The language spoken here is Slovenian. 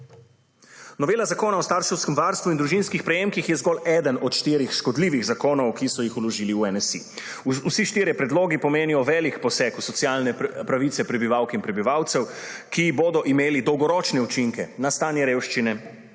Novela Zakona o starševskem varstvu in družinskih prejemkih je zgolj eden od štirih škodljivih zakonov, ki so jih vložili v NSi. Vsi štirje predlogi pomenijo velik poseg v socialne pravice prebivalk in prebivalcev, ki bodo imeli dolgoročne učinke na stanje revščine